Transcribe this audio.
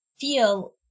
feel